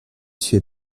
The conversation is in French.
suis